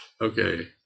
Okay